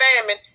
famine